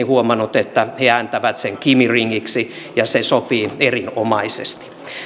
huomannut että he ääntävät sen kimi ringiksi ja se sopii erinomaisesti